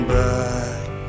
back